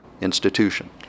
institution